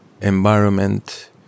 environment